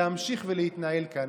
להמשיך ולהתנהל כאן.